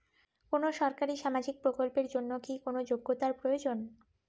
কোনো সরকারি সামাজিক প্রকল্পের জন্য কি কোনো যোগ্যতার প্রয়োজন?